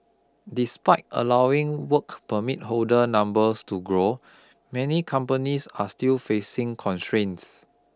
despite allowing work permit holder numbers to grow many companies are still facing constraints